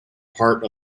part